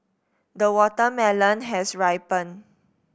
the watermelon has ripened